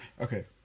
okay